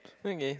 okay